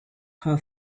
her